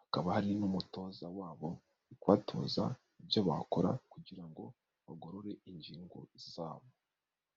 Hakaba hari n'umutoza wabo mu kubatoza ibyo bakora kugira ngo bagorore ingingo zabo.